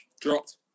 dropped